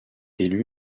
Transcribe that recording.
élu